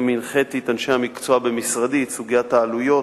את סוגיית העלויות,